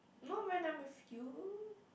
no when I miss you